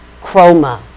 chroma